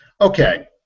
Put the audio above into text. Okay